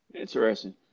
Interesting